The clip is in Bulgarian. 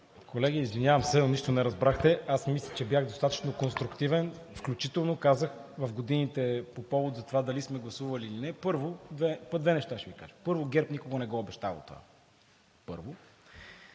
Колеги, извинявам се, но нищо не разбрахте. Мисля, че бях достатъчно конструктивен. Включително казах в годините – по повод на това дали сме гласували или не, две неща ще Ви кажа. Първо, ГЕРБ никога не е обещавал това. Второ,